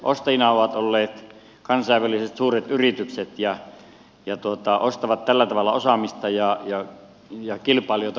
ostajina ovat olleet kansainväliset suuret yritykset jotka ostavat tällä tavalla osaamista ja kilpailijoita pois markkinoilta